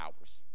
hours